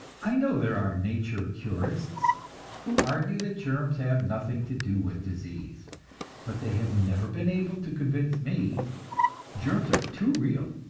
i know there are nature curists who argue that germs have nothing to do with disease but they have never been able to convince me germs are too real,